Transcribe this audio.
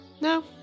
No